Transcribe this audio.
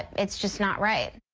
it's just not right.